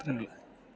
അത്രയേയുള്ളൂ